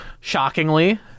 Shockingly